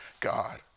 God